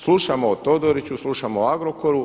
Slušamo o Todoriću, slušamo o Agrokoru.